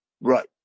right